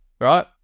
right